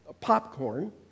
popcorn